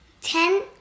ten